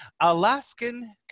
Alaskan